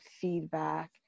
feedback